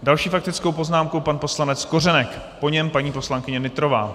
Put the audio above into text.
Další faktickou poznámku pan poslanec Kořenek, po něm paní poslankyně Nytrová.